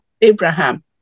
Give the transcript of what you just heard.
abraham